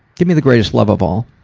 give me the greatest love of all.